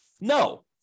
No